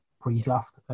pre-draft